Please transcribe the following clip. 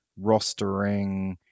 rostering